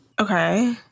Okay